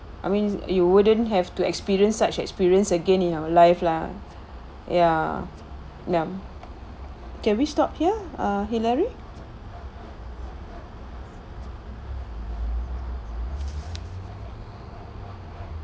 I mean you wouldn't have to experience such experience again in your life lah ya yup can we stop here uh hillary